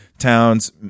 towns